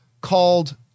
called